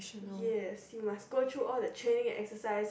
yes you must go through all the training exercise